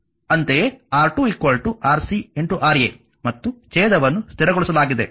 ಅಂತೆಯೇ R2 Rc Ra ಮತ್ತು ಛೇದವನ್ನು ಸ್ಥಿರಗೊಳಿಸಲಾಗಿದೆ